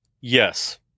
Yes